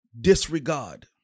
disregard